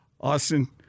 Austin